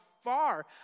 Far